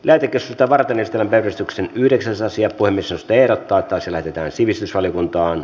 levitä sitä varten että päivystyksen yhdeksäs asia lähetettiin sivistysvaliokuntaan